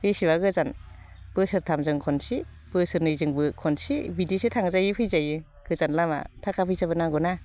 बेसेबा गोजान बोसोरथामजों खनसे बोसोरनैजों खनसे बिदिसो थांजायो फैजायो गोजान लामा थाखा फैसाबो नांगौ ना